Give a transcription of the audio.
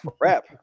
Crap